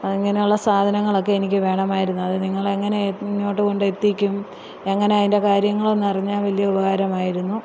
അങ്ങനെയുള്ള സാധനങ്ങളൊക്കെ എനിക്ക് വേണമായിരുന്നു അത് നിങ്ങളെങ്ങനാ ഇങ്ങോട്ട് കൊണ്ടെത്തിക്കും എങ്ങനാ അതിൻ്റെ കാര്യങ്ങളെന്ന് അറിഞ്ഞാൽ വലിയ ഉപകാരമായിരുന്നു